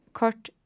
kort